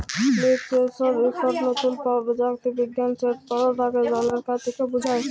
leaf সেলসর ইকট লতুল পরযুক্তি বিজ্ঞাল যেট পাতা থ্যাকে জলের খতিকে বুঝায়